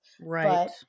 Right